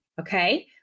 Okay